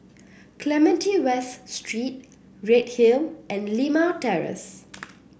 Clementi West Street Redhill and Limau Terrace